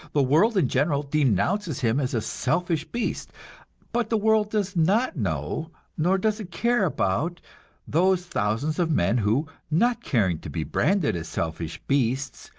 the world in general denounces him as a selfish beast but the world does not know nor does it care about those thousands of men who, not caring to be branded as selfish beasts,